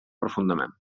profundament